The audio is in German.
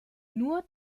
der